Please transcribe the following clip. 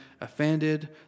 offended